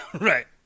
Right